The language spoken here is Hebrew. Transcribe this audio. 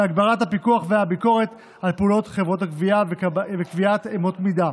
הגברת הפיקוח והביקורת על פעולות חברות הגבייה וקביעת אמות מידה.